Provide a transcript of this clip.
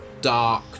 dark